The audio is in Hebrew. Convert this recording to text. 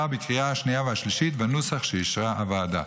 בקריאה השנייה והשלישית בנוסח שאישרה הוועדה.